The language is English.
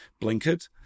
blinkered